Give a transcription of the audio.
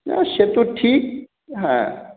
হ্যাঁ সে তো ঠিক হ্যাঁ